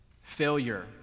failure